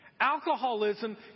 Alcoholism